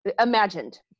imagined